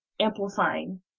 amplifying